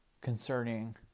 concerning